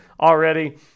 already